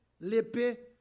l'épée